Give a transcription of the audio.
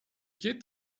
geht